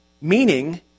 meaning